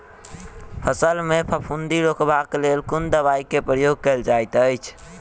फसल मे फफूंदी रुकबाक लेल कुन दवाई केँ प्रयोग कैल जाइत अछि?